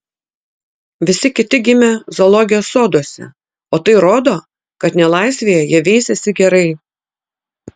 visi kiti gimę zoologijos soduose o tai rodo kad nelaisvėje jie veisiasi gerai